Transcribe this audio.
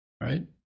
Right